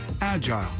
agile